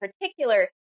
particular